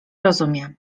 rozumie